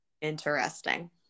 Interesting